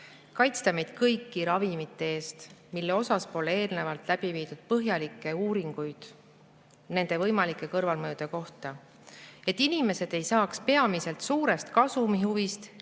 kaitsta meid kõiki ravimite eest, mille puhul pole eelnevalt läbi viidud põhjalikke uuringuid nende võimalike kõrvalmõjude kohta, et inimesed ei saaks peamiselt suurest kasumihuvist kiirkorras